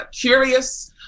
curious